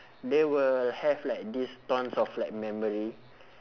they will have like this tons of like memory